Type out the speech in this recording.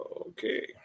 okay